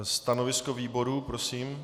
Stanovisko výboru prosím.